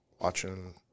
watching